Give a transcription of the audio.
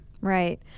Right